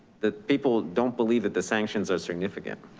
that people don't believe that the sanctions are significant.